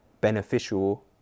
beneficial